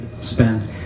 spend